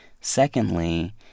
Secondly